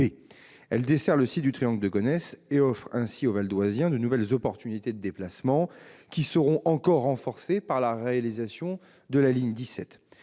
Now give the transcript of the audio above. Elle dessert le site du triangle de Gonesse et offre ainsi aux Valdoisiens de nouvelles possibilités de déplacement, qui seront encore renforcées par la réalisation de la ligne 17.